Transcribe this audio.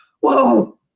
whoa